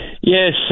Yes